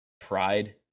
pride